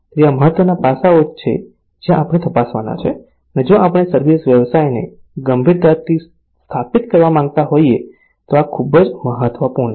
તેથી આ મહત્વના પાસાઓ છે જે આપણે તપાસવાના છે અને જો આપણે સર્વિસ વ્યવસાયને ગંભીરતાથી સ્થાપિત કરવા માંગતા હોઈએ તો આ ખૂબ જ મહત્વપૂર્ણ છે